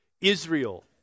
Israel